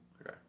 Okay